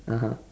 (uh huh)